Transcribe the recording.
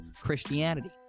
Christianity